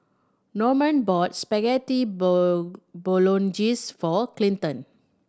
Normand bought Spaghetti Bolognese for Clinton